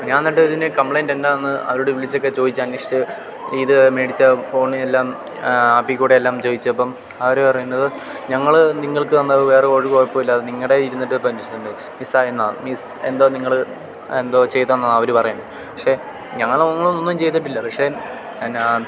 ഞാൻ എന്നിട്ട് ഇതിന് കംപ്ലെയിന്റ് എന്താണെന്ന് അവരോട് വിളിച്ചൊക്കെ ചോദിച്ച് അന്വേഷിച്ച് ഇത് മേടിച്ച ഫോണിൽ എല്ലാം ആപ്പിൽ കൂടെ എല്ലാം ചോദിച്ചപ്പം അവര് പറയുന്നത് ഞങ്ങള് നിങ്ങൾക്ക് തന്നപ്പം വേറേ ഒരു കുഴപ്പമില്ല അത് നിങ്ങളുടെ ഇരുന്നിട്ടിപ്പം മിസ്സായേന്നാ മിസ് എന്തോ നിങ്ങള് എന്തോ ചെയ്തെന്നാണ് അവര് പറയുന്നത് പക്ഷെ ഞങ്ങൾ അങ്ങനെ ഒന്നും ചെയ്തിട്ടില്ല പക്ഷേ എന്നാ